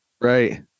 Right